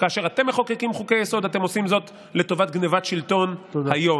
וכאשר אתם מחוקקים חוקי-יסוד אתם עושים זאת לטובת גנבת שלטון היום.